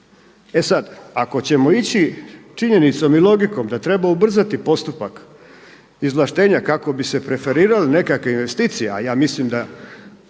E sada, ako ćemo ići činjenicom i logikom da treba ubrzati postupak izvlaštenja kako bi se preferirale nekakve investicije, a ja mislim da